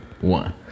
one